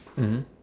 mmhmm